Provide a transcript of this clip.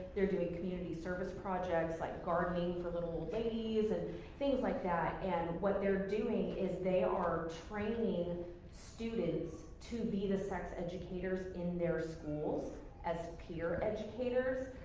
they're doing community service projects, like gardening for little old ladies, and things like that ah and what they're doing is, they are training students to be the sex educators in their schools as peer educators,